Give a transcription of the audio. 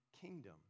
kingdom